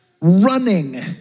running